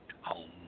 Home